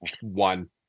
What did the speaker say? one